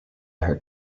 her